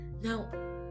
Now